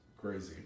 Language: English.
crazy